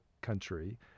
country